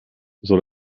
soll